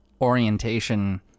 orientation